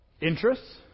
interests